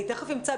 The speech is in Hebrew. אני תכף אמצא,